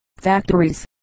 factories